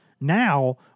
now